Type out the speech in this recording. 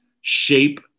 shape